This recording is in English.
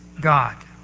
God